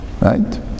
right